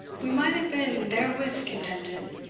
we might have been therewith contented.